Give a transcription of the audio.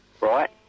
Right